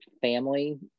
family